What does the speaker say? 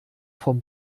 vom